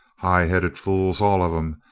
high headed fools, all of em,